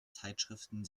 zeitschriften